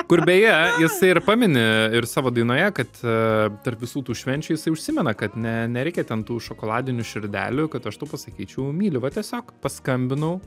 kur beje jisai ir pamini ir savo dainoje kad tarp visų tų švenčių jisai užsimena kad ne nereikia ten tų šokoladinių širdelių kad aš tau pasakyčiau myliu va tiesiog paskambinau